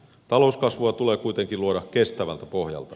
talouskasvua tulee kuitenkin luoda kestävältä pohjalta